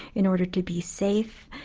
in order to be safe,